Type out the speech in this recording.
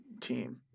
team